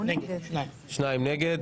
שניים נגד.